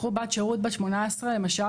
קחו בת שירות בת 18 למשל,